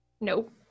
nope